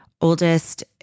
oldest